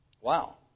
Wow